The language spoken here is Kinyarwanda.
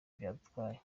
byadutwaye